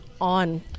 on